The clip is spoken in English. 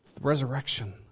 Resurrection